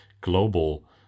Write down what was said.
global